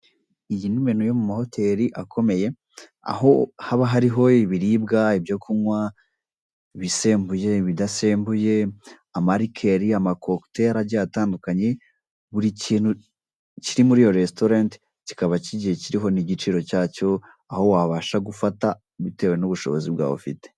Iyi ni menu yo ma hoteli akomeye, aho haba hariho ibiribwa ibyo kunywa ibisembuye, ibidasembuye, amalikeri, amakokiteri agiye atandukanye buri kintu kiri muri iyo resitorenti kikaba kigiye kiriho n'igiciro cyacyo; aho wabasha gufata bitewe n'ubushobozi bwawe ufite.